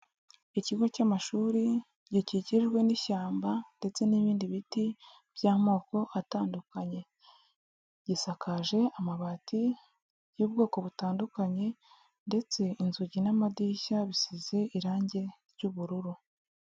Ikigo cy'amashuri gikikijwe n'ishyamba ndetse n'ibindi biti by'amoko atandukanye, gisakaje amabati y'ubwoko butandukanye ndetse inzugi n'amadirishya bisize irange ry'ubururu.